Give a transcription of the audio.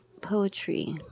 poetry